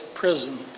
prison